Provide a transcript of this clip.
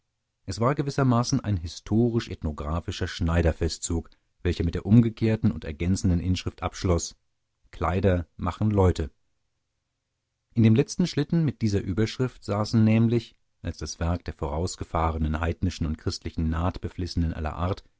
es war gewissermaßen ein historisch ethnographischer schneiderfestzug welcher mit der umgekehrten und ergänzenden inschrift abschloß kleider machen leute in dem letzten schlitten mit dieser überschrift saßen nämlich als das werk der vorausgefahrenen heidnischen und christlichen nahtbeflissenen aller art